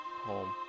home